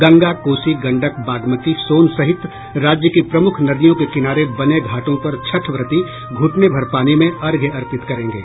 गंगा कोसी गंडक बागमती सोन सहित राज्य की प्रमुख नदियों के किनारे बने घाटों पर छठ व्रती घुटने भर पानी में अर्घ्य अर्पित करेंगे